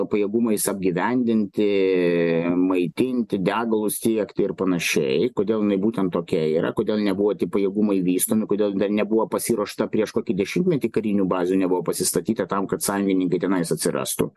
pajėgumais apgyvendinti maitinti degalus tiekti ir panašiai kodėl jinai būtent tokia yra kodėl nebuvo tie pajėgumai vystomi kodėl dar nebuvo pasiruošta prieš kokį dešimtmetį karinių bazių nebuvo pasistatyta tam kad sąjungininkai tenais atsirastų